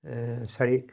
साढ़ी